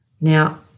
Now